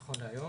נכון להיום